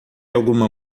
alguma